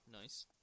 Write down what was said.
Nice